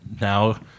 now